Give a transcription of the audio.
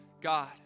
God